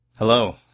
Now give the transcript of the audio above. Hello